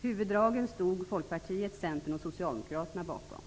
Huvuddragen stod Folkpartiet, Centern och Socialdemokraterna bakom.